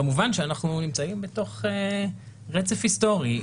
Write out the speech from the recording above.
כמובן שאנחנו נמצאים בתוך רצף היסטורי.